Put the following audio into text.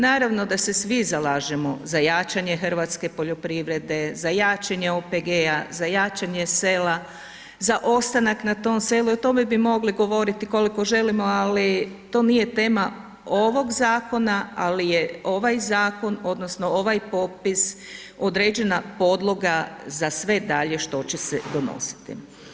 Naravno da se svi zalažemo za jačanje hrvatske poljoprivrede, za jačanje OPG-a, za jačanje sela, za ostanak na tom selu i o tome bi mogli govoriti koliko želimo ali to nije tema ovog zakona ali je ovaj zakon odnosno ovaj popis određena podloga za sve dalje što će se donositi.